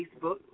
Facebook